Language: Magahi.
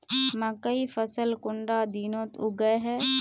मकई फसल कुंडा दिनोत उगैहे?